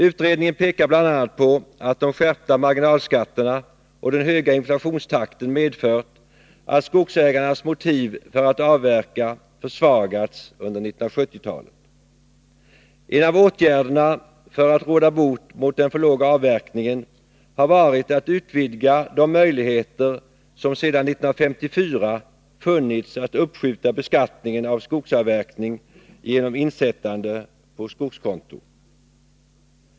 Utredningen pekar bl.a. på att de skärpta marginalskatterna och den höga inflationstakten medfört att skogsägarnas motiv för att avverka försvagats under 1970-talet. En av åtgärderna för att råda bot på den låga avverkningen har varit att utvidga de möjligheter som sedan 1954 funnits att uppskjuta beskattningen av skogsavverkning genom insättande av medel på skogskonto.